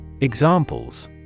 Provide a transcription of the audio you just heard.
Examples